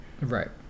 Right